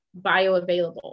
bioavailable